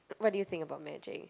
what do you think about magic